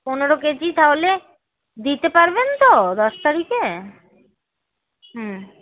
পনেরো কেজি তাহলে দিতে পারবেন তো দশ তারিখে হুম